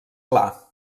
clar